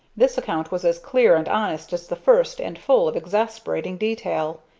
this account was as clear and honest as the first and full of exasperating detail.